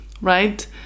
Right